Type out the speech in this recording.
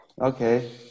Okay